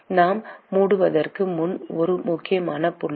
நாம் மூடுவதற்கு முன் ஒரு முக்கியமான புள்ளி